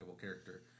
character